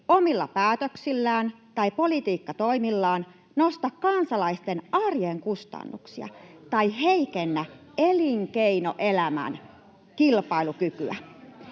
omilla päätöksillään tai politiikkatoimillaan nosta kansalaisten arjen kustannuksia [Pia Viitanen: Arvonlisävero